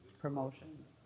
promotions